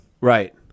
Right